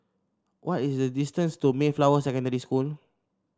what is the distance to Mayflower Secondary School